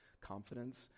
confidence